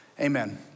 Amen